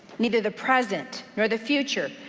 neither the present nor the future,